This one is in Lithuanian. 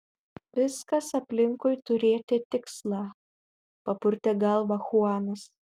viskas aplinkui turėti tikslą papurtė galvą chuanas